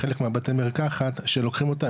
בחלק מבתי המרקחת שלוקחים אותם,